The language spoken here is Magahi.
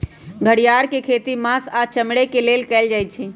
घरिआर के खेती मास आऽ चमड़े के लेल कएल जाइ छइ